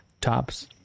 tops